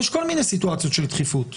יש כל מיני סיטואציות של דחיפות.